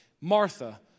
Martha